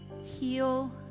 Heal